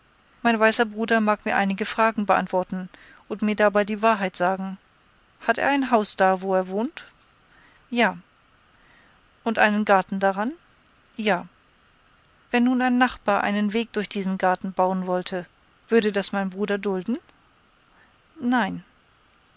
mein weißer bruder mag mir einige fragen beantworten und mir dabei die wahrheit sagen hat er ein haus da wo er wohnt ja und einen garten daran ja wenn nun der nachbar einen weg durch diesen garten bauen wollte würde das mein bruder dulden nein